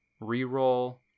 re-roll